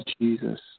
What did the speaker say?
Jesus